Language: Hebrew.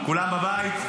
כולם בבית?